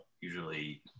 usually